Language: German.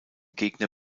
gegner